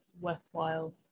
worthwhile